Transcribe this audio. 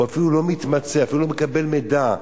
הוא אפילו לא מתמצא ואפילו לא מקבל מידע.